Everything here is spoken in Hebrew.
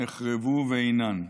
נחרבו ואינן.